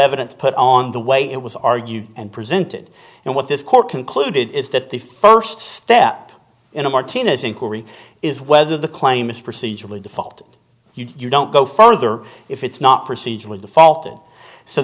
evidence put on the way it was argued and presented and what this court concluded is that the first step in a martinez inquiry is whether the claim is procedural or default you don't go further if it's not procedure with the fault